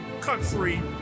country